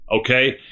okay